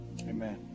Amen